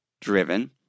driven